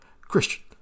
Christian